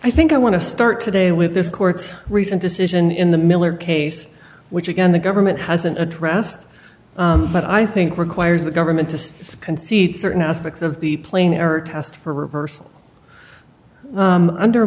i think i want to start today with this court's recent decision in the miller case which again the government hasn't addressed but i think requires the government to concede certain aspects of the plain error test for reversal under